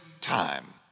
time